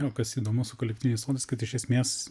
o kas įdomu su kolektyviniais sodais kad iš esmės